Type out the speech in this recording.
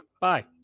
Bye